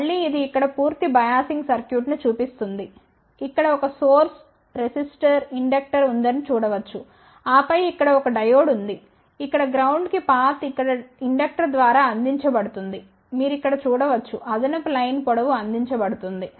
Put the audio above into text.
మళ్ళీ ఇది ఇక్కడ పూర్తి బయాసింగ్ సర్క్యూట్ను చూపిస్తుంది ఇక్కడ ఒక సోర్స్ రెసిస్టర్ ఇండక్టర్ ఉందని చూడవచ్చు ఆపై ఇక్కడ ఒక డయోడ్ ఉంది ఇక్కడ గ్రౌండ్ కి పాత్ ఇక్కడ ఇండక్టర్ ద్వారా అందించబడుతుంది మీరు ఇక్కడ చూడవచ్చు అదనపు లైన్ పొడవు అందించబడుతుంది